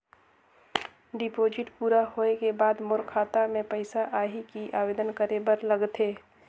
Deposit पूरा होय के बाद मोर खाता मे पइसा आही कि आवेदन करे बर लगथे?